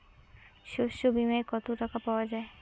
শস্য বিমায় কত টাকা পাওয়া যায়?